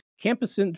Campus